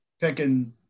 picking